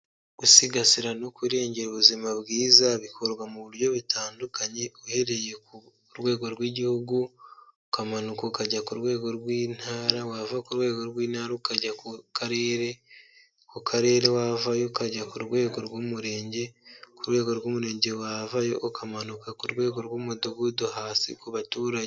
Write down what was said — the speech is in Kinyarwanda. Gusigasira no kurengera ubuzima bwiza bikorwa mu buryo butandukanye, uhereye ku rwego rw'igihugu, ukamanuka ukajya ku rwego rw'intara, wava ku rwego rw'intara ukajya ku karere, ku karere wavayo ukajya ku rwego rw'umurenge, ku rwego rw'umurenge wavayo ukamanuka ku rwego rw'umudugudu hasi ku baturage.